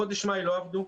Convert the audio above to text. בחודש מאי לא עבדו,